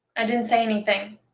i didn't say anything.